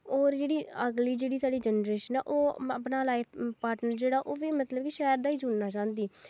होर जेह्ड़ी अगली जेह्ड़ी साढ़ी यंग जनरेशन ऐ ओह् अपना लाइफ पार्टनर जेह्ड़ा ओह् बी मतलब कि शैह्र दा ई चुनना चाहंदी